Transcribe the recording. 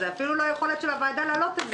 אין אפילו יכולת של הוועדה להעלות את זה.